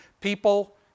people